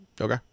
Okay